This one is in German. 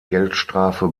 geldstrafe